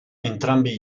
entrambi